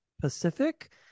Pacific